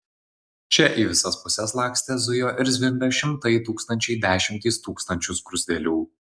čia į visas puses lakstė zujo ir zvimbė šimtai tūkstančiai dešimtys tūkstančių skruzdėlių